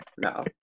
no